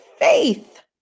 faith